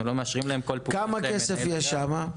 אנחנו לא מאשרים להם כל פעולה --- כמה כסף יש שם?